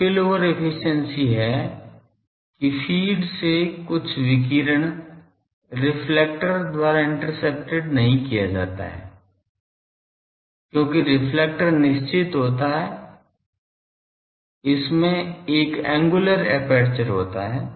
spill over efficiency है कि feed से कुछ विकिरण रिफ्लेक्टर द्वारा इंटर्सेप्टेड नहीं किया जाता है क्योंकि रिफ्लेक्टर निश्चित होता है इसमें एक एंगुलर अपर्चर होता है